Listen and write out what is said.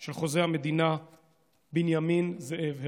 של חוזה המדינה בנימין זאב הרצל,